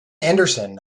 anderson